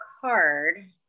card